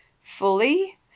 fully